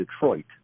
detroit